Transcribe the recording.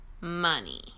money